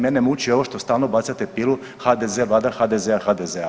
Mene muču ovo što stalno bacate pilu HDZ, Vlada HDZ-a, HDZ-a.